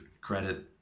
credit